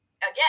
again